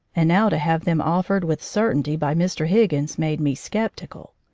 and now to have them offered with certainty by mr. higgins made me skeptical.